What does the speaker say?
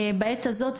בעת הזאת,